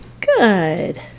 Good